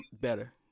better